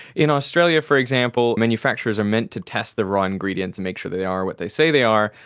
in australia for example manufacturers are meant to test the raw ingredients to make sure they are what they say they are,